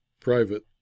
private